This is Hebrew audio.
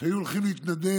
שהיו הולכים להתנדב